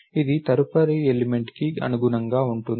ఇది తదుపరి ఎలిమెంట్ కి అనుగుణంగా ఉంటుంది